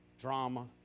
drama